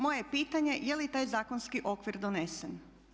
Moje je pitanje je li taj zakonski okvir donese?